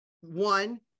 one